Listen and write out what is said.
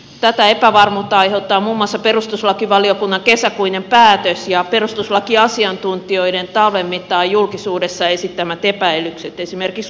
tätä epävarmuutta aiheuttavat muun muassa perustuslakivaliokunnan kesäkuinen päätös ja perustuslakiasiantuntijoiden talven mittaan julkisuudessa esittämät epäilykset esimerkiksi lavapuron ja hidenin